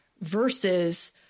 versus